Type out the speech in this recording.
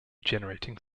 generating